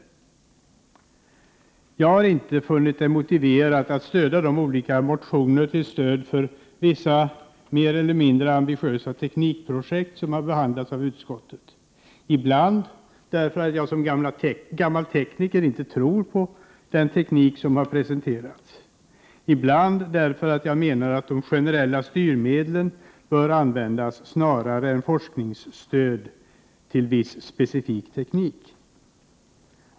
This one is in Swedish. Av denna anledning har jag inte funnit det motiverat att stödja de olika motioner om stöd till vissa mer eller mindre ambitiösa teknikprojekt som har behandlats av utskottet. Detta har jag gjort ibland därför att jag, som gammal tekniker, inte tror på tekniken som presenterats, ibland därför att jag menar att de generella styrmedlen bör användas snarare än forskningsstöd till viss specifik teknik.